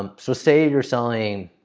um so say you're selling